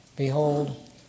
Behold